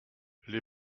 les